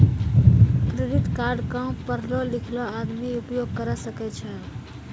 Credit card काम पढलो लिखलो आदमी उपयोग करे सकय छै?